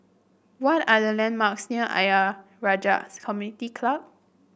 what are the landmarks near Ayer Rajah Community Club